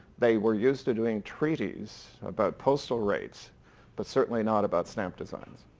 they were used to doing treaties about postal rates but certainly not about stamp designs.